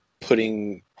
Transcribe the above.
putting